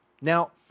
Now